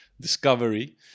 discovery